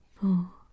Four